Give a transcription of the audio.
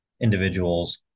individuals